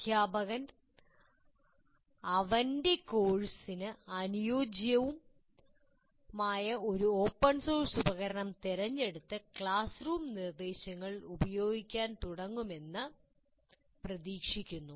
അധ്യാപക൯ അവന്റെ കോഴ്സിന് അനുയോജ്യമായ ഒരു ഓപ്പൺ സോഴ്സ് ഉപകരണം തിരഞ്ഞെടുത്ത് ക്ലാസ് റൂം നിർദ്ദേശങ്ങളിൽ ഉപയോഗിക്കാൻ തുടങ്ങുമെന്ന് പ്രതീക്ഷിക്കുന്നു